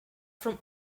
from